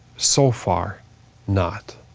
so far not.